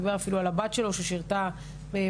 דיבר אפילו על הבת שלו ששירתה בברדלס